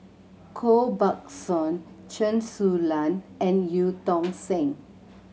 Koh Buck Song Chen Su Lan and Eu Tong Sen